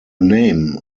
name